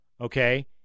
okay